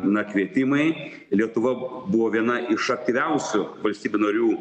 na kvietimai lietuva buvo viena iš aktyviausių valstybių narių